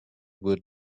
would